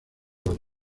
las